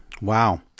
Wow